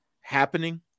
happening